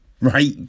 right